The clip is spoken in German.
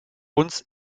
uns